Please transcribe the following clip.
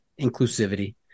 inclusivity